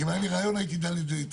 כי אם היה לי רעיון הייתי דן עליו איתכם.